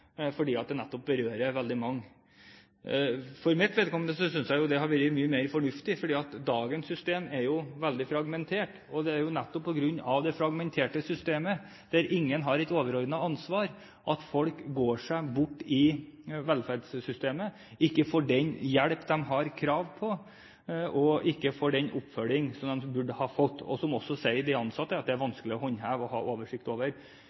nettopp berører veldig mange. For mitt vedkommende synes jeg jo at det hadde vært mye mer fornuftig, for dagens system er jo veldig fragmentert. Det er jo nettopp på grunn av det fragmenterte systemet at ingen har et overordnet ansvar, at folk går seg bort i velferdssystemet, ikke får den hjelp de har krav på, ikke får den oppfølging som de burde ha fått, og som de ansatte også sier er vanskelig å håndheve og ha oversikt over.